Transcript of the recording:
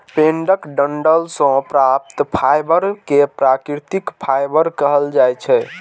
पेड़क डंठल सं प्राप्त फाइबर कें प्राकृतिक फाइबर कहल जाइ छै